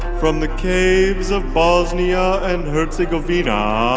from the caves of bosnia and herzegovina,